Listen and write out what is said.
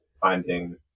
finding